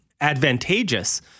advantageous